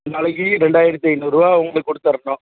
நாளைக்கு ரெண்டாயிரத்தி ஐநூறுபா உங்களுக்கு கொடுத்தர்ணும்